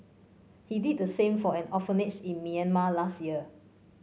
he did the same for an orphanage in Myanmar last year